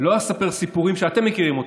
לא אספר סיפורים שאתם מכירים.